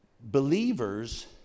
believers